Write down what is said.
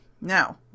now